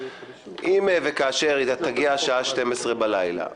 אם וכאשר תגיע השעה 24:00 בלילה ונראה,